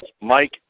Mike